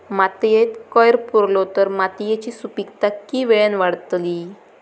मातयेत कैर पुरलो तर मातयेची सुपीकता की वेळेन वाडतली?